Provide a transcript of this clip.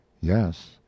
Yes